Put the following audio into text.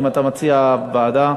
האם אתה מציע ועדה?